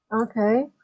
okay